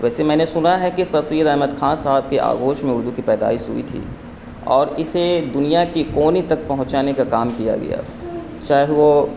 ویسے میں نے سنا ہے کہ سر سید احمد خاں صاحب کی آغوش میں اردو کی پیدائس ہوئی تھی اور اسے دنیا کی کونے تک پہنچانے کا کام کیا گیا چاہے وہ